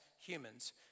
humans